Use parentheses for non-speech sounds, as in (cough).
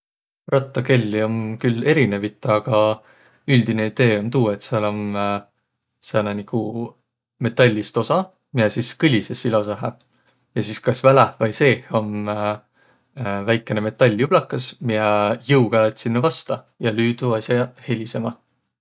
Rattakelli om küll erinevit, aga üldine idee om tuu, et sääl om (hesitation) sääne nigu metallist osa, miä sis kõlisõs ilosahe. Ja sis kas väläh vai seeh om (hesitation) väikene metalljublakas, miä jõuga lätt sinnäq vasta ja lüü tuu as'a helisemä.